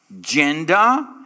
gender